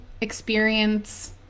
experience